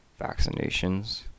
vaccinations